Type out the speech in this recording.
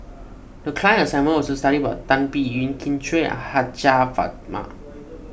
the class assignment was to study about Tan Biyun Kin Chui and Hajjah Fatimah